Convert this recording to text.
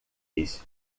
lhes